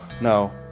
no